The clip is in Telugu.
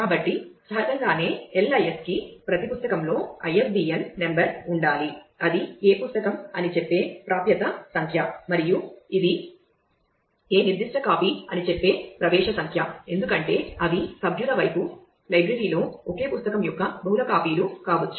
కాబట్టి సహజంగానే LIS కి ప్రతి పుస్తకంలో ISBN నంబర్ ఉండాలి అది ఏ పుస్తకం అని చెప్పే ప్రాప్యత సంఖ్య మరియు ఇది ఏ నిర్దిష్ట కాపీ అని చెప్పే ప్రవేశ సంఖ్య ఎందుకంటే అవి సభ్యుల వైపు లైబ్రరీలో ఒకే పుస్తకం యొక్క బహుళ కాపీలు కావచ్చు